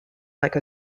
like